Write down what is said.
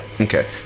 Okay